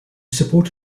support